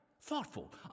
thoughtful